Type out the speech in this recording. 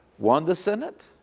one the senate,